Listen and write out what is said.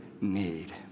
need